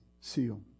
seal